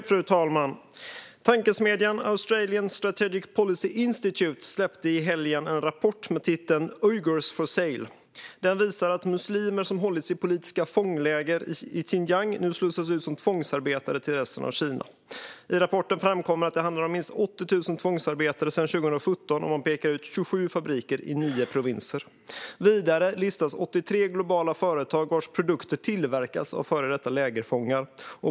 Fru talman! Tankesmedjan Australian Strategic Policy Institute släppte i helgen en rapport med titeln Uyghurs for sale . Den visar att muslimer som hållits i politiska fångläger i Xinjiang nu slussas ut som tvångsarbetare till resten av Kina. I rapporten framkommer att det handlar om minst 80 000 tvångsarbetare sedan 2017. Man pekar ut 27 fabriker i nio provinser. Vidare listas 83 globala företag vars produkter tillverkas av före detta lägerfångar.